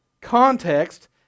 context